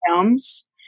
films